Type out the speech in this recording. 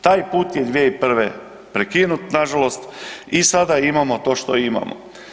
Taj put je 2001. prekinut nažalost i sada imamo to što imamo.